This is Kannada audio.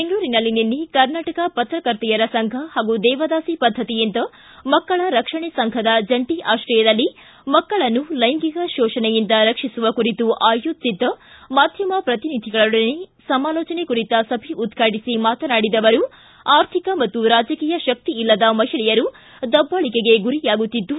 ಬೆಂಗಳೂರಿನಲ್ಲಿ ನಿನ್ನೆ ಕರ್ನಾಟಕ ಪತ್ರಕರ್ತೆಯರ ಸಂಘ ಹಾಗೂ ದೇವದಾಸಿ ಪದ್ದತಿಯಿಂದ ಮಕ್ಕಳ ರಕ್ಷಣೆ ಸಂಘದ ಜಂಟ ಆಕ್ರಯದಲ್ಲಿ ಮಕ್ಕಳನ್ನು ಲೈಂಗಿಕ ಶೋಷಣೆಯಿಂದ ರಕ್ಷಿಸುವ ಕುರಿತು ಆಯೋಜಿಸಿದ್ದ ಮಾಧ್ವಮ ಪ್ರತಿನಿಧಿಗಳೊಡನೆ ಸಮಾಲೋಚನೆ ಕುರಿತ ಸಭೆ ಉದ್ರಾಟಿಸಿ ಮಾತನಾಡಿದ ಅವರು ಆರ್ಥಿಕ ಮತ್ತು ರಾಜಕೀಯ ಶಕ್ತಿ ಇಲ್ಲದ ಮಹಿಳೆಯರು ದಬ್ದಾಳಿಕೆಗೆ ಗುರಿಯಾಗುತ್ತಿದ್ದು